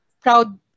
proud